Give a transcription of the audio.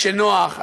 כשנוח,